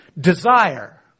desire